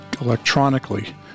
electronically